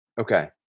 Okay